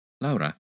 Laura